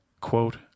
quote